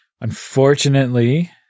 unfortunately